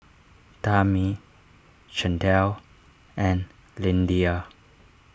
Tami Chantelle and Lyndia